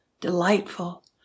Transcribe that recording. delightful